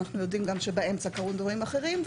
אנחנו יודעים גם שבאמצע קרו דברים אחרים,